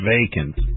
vacant